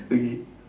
okay